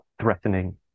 threatening